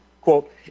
Quote